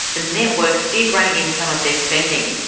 the networks did rein in some of their spending,